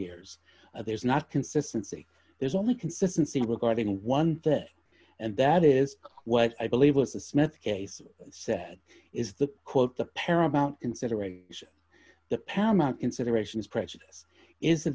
years there's not consistency there's only consistency regarding one thing and that is what i believe was the smith case said is the quote the paramount consideration the paramount consideration is prejudice is the